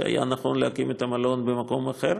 שיהיה נכון להקים את המלון במקום אחר.